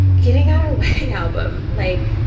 giving out our wedding album, like,